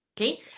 Okay